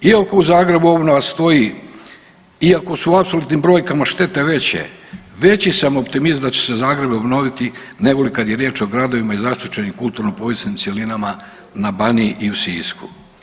Iako u Zagrebu obnova stoji, iako su u apsolutnim brojkama štete veće, veći sam optimist da će se Zagreb obnoviti, nego li kad je riječ o gradovima i zaštićenim kulturno-povijesnim cjelinama na Baniji i u Sisku.